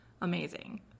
amazing